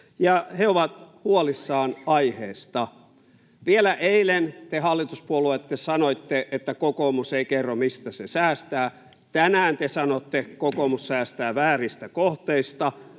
he ovat huolissaan aiheesta. Vielä eilen te hallituspuolueet sanoitte, että kokoomus ei kerro, mistä se säästää. Tänään te sanotte: kokoomus säästää vääristä kohteista.